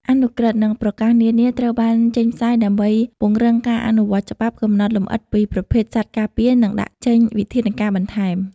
អនុក្រឹត្យ និងប្រកាសនានា ត្រូវបានចេញផ្សាយដើម្បីពង្រឹងការអនុវត្តច្បាប់ កំណត់លម្អិតពីប្រភេទសត្វការពារ និងដាក់ចេញវិធានការបន្ថែម។